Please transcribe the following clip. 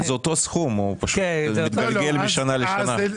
אבל זה אותו סכום, הוא פשוט מתגלגל משנה לשנה.